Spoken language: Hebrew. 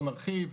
לא נרחיב,